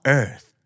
earth